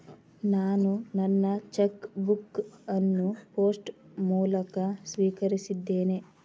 ನಾನು ನನ್ನ cheque book ಅನ್ನು ಪೋಸ್ಟ್ ಮೂಲಕ ಸ್ವೀಕರಿಸಿದ್ದೇನೆ